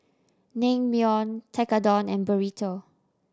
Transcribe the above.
Naengmyeon Tekkadon and Burrito